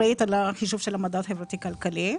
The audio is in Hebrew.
החישוב של המדד חברתי כלכלי.